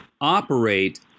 operate